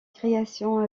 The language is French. création